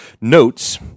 notes